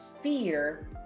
fear